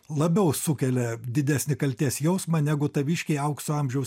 labiau sukelia didesnį kaltės jausmą negu taviškiai aukso amžiaus